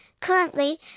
Currently